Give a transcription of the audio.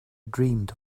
dreamed